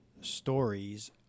stories